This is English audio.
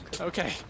Okay